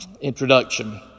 introduction